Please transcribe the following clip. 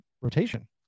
rotation